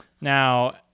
Now